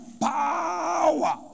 power